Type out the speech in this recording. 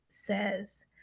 says